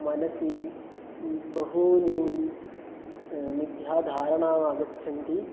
मनसि बह्व्यः मिथ्या धारणामागच्छन्ति